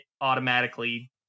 automatically